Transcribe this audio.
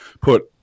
put